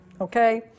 Okay